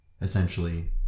essentially